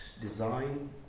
design